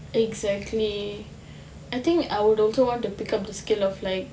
exactly I think I would also want to pick up the skill of like